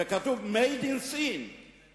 וכתוב made in China,